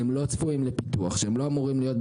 יש המון פרויקטים שאנחנו צריכים לעשות,